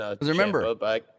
Remember